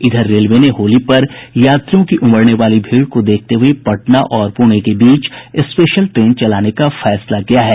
इधर रेलवे ने होली पर यात्रियों की उमड़ने वाली भीड़ को देखते हुए पटना और पुणे के बीच स्पेशल ट्रेन चलाने का निर्णय लिया है